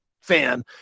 fan